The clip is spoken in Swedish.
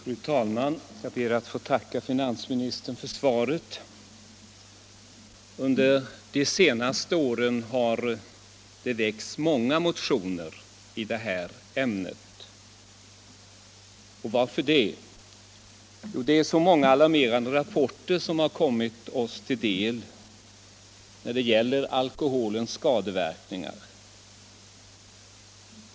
Fru talman! Jag ber att få tacka finansministern för svaret. Under de senaste åren har det väckts många motioner i det här ämnet. Och varför det? Jo, det är så många alarmerande rapporter som har kommit oss till del när det gäller alkoholens skadeverkningar.